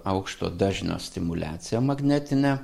aukšto dažnio stimuliaciją magnetinę